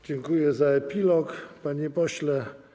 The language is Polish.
Dziękuję za epilog, panie pośle.